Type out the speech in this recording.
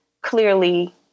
Clearly